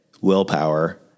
Willpower